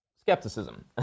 Skepticism